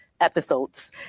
episodes